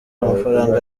amafaranga